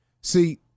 See